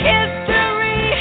History